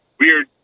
weird